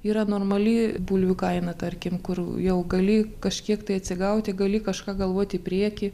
yra normali bulvių kaina tarkim kur jau gali kažkiek tai atsigauti gali kažką galvoti į priekį